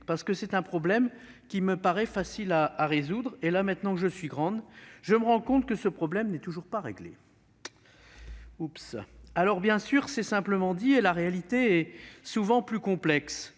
parce que c'est un problème qui me paraît facile à résoudre. Et là, maintenant que je suis grande, je me rends compte que ce problème n'est toujours pas réglé. » Oups ! Alors, bien sûr, c'est simplement dit et la réalité est souvent plus complexe.